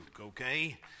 okay